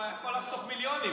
הוא היה יכול לחסוך מיליונים.